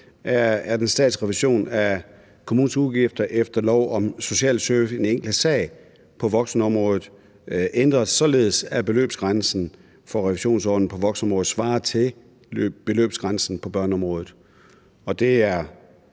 om, at statsrefusion af kommunens udgifter efter lov om social service i den enkelte sag på voksenområdet ændres således, at beløbsgrænsen for refusionsordningen på voksenområdet svarer til beløbsgrænsen på børneområdet, og det er